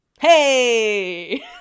hey